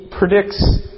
predicts